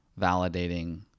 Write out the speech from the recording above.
validating